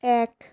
এক